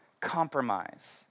compromise